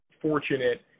fortunate